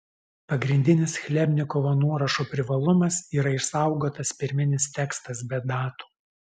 pagrindinis chlebnikovo nuorašo privalumas yra išsaugotas pirminis tekstas be datų